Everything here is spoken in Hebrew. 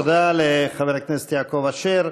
תודה לחבר הכנסת יעקב אשר.